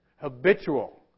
Habitual